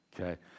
okay